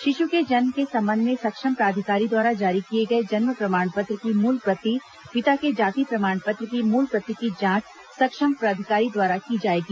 शिशु के जन्म के संबंध में सक्षम प्राधिकारी द्वारा जारी किए गए जन्म प्रमाण पत्र की मूल प्रति पिता के जाति प्रमाण पत्र की मूल प्रति की जांच सक्षम प्राधिकारी द्वारा की जाएगी